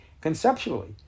conceptually